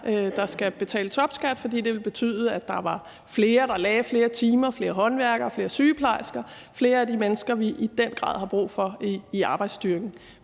der skal betale topskat, fordi det ville betyde, at der var flere, der lagde flere timer – flere håndværkere, flere sygeplejersker, flere af de mennesker, vi i den grad har brug for i arbejdsstyrken.